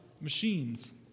machines